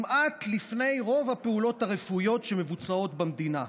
לפני רוב הפעולות הרפואיות המבוצעות במדינה.